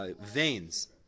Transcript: veins